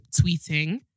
tweeting